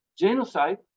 genocide